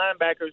linebackers